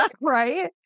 Right